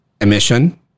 emission